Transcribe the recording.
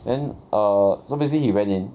then err so basically he went in